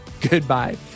Goodbye